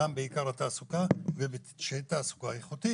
גם בעיקר התעסוקה ושתהיה תעסוקה איכותית.